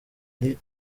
ari